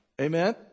Amen